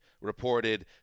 reported